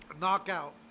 Knockout